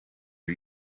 are